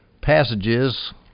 passages